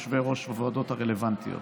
יושבי-ראש הוועדות הרלוונטיות,